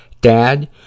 Dad